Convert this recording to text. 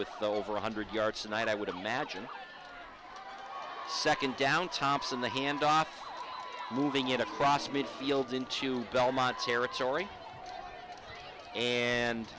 with over one hundred yards tonight i would imagine second down thompson the handoff moving it across midfield into belmont territory and